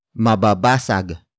Mababasag